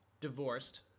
divorced